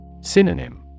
Synonym